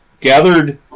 gathered